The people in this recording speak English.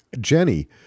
Jenny